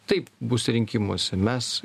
taip bus rinkimuose mes